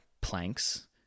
planks